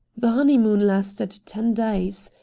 the honeymoon lasted ten days.